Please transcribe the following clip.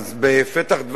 בפתח דברי,